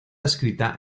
escrita